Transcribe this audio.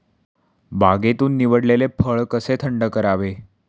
बागेतून निवडलेले फळ कसे थंड करावे?